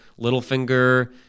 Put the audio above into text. Littlefinger